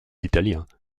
italiens